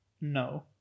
no